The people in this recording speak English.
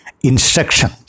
instruction